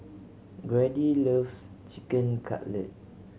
Grady loves Chicken Cutlet